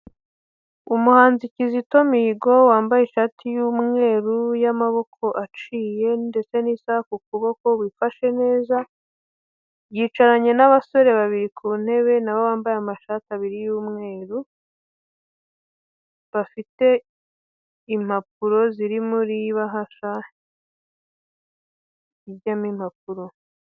Umuhanzi kizito mihigo wambaye ishati y'umweru y'amaboko aciye ndetse n'isaha k'ukuboko wifashe neza, yicaranye n'abasore babiri ku ntebe nabo bambaye amashati abiri y'umweru, bafite impapuro ziri muri ibahasha ijyamo impapuro.